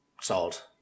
salt